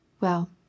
Well